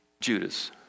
Judas